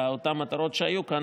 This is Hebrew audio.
לאותן מטרות שהיו כאן,